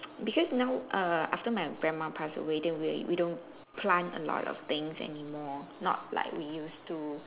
because now err after my grandma pass away then we we don't plant a lot of things anymore not like we used to